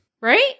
Right